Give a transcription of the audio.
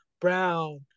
Brown